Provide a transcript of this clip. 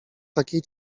takiej